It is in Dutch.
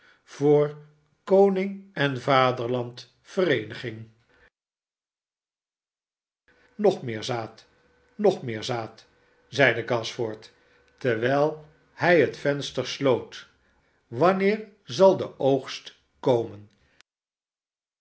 voor koning en vaderland vereeniging snog meer zaad nog meer zaad zeide gashford terwijl hij het venster sloot swanneer zal de oogst komen